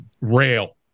rail